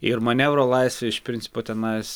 ir manevro laisvė iš principo tenais